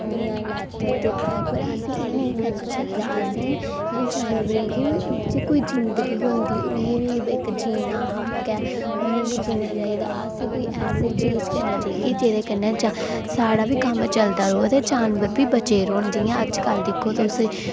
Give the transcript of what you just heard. जि'यां लैदर दे बैग पर असेंगी एह् किश नेईं करना चाहिदा ऐ असेंगी जानवरें दी बी जिद़गी गै हुंदी उ'नें बी इक जीने दा हक ऐ उ'नें बी जीना चाहिदा असेंगी ऐसी चीज़ करनी चाहिदी जेहदे कन्नै साढ़ा बी कम्म चलदा र'वै ते जानवर बी बचे रौह्न जि'यां अजकल अस